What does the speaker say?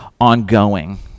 ongoing